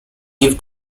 eve